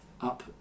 up